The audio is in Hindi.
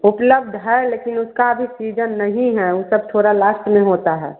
उपलब्ध है लेकिन उसका अभी सीजन नहीं है उ सब थोड़ा लास्ट में होता है